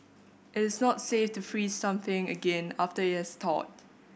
it is not safe to freeze something again after it has thawed